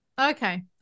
okay